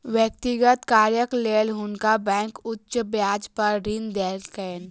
व्यक्तिगत कार्यक लेल हुनका बैंक उच्च ब्याज पर ऋण देलकैन